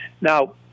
Now